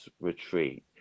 retreat